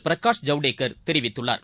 பிரகாஷ் ஐவ்டேகர் தெரிவித்துள்ளார்